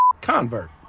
convert